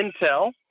Intel